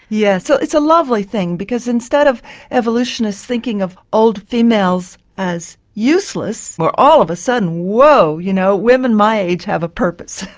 yes, so it's a lovely thing because instead of evolutionists thinking of old females as useless we're all of a sudden, wow, you know women my age have a purpose.